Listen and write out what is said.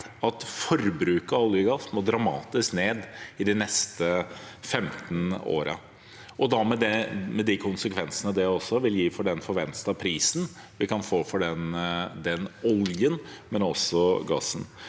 at forbruk av olje og gass må dramatisk ned de neste 15 årene – med de konsekvensene det vil gi for den forventede prisen vi kan få for den oljen og den gassen.